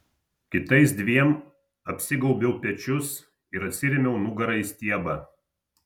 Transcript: kitais dviem apsigaubiau pečius ir atsirėmiau nugara į stiebą